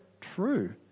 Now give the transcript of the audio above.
true